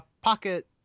Pocket